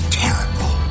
terrible